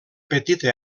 petita